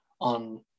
on